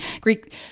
Greek